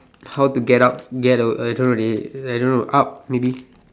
how to get out get a a I don't know dey I don't know up maybe